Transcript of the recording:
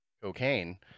cocaine